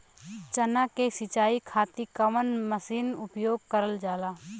चना के सिंचाई खाती कवन मसीन उपयोग करल जाला?